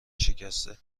شکسته